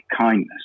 kindness